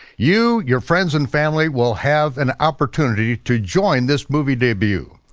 you, your friends and family will have an opportunity to join this movie debut.